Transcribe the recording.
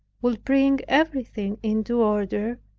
would bring everything into order,